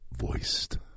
voiced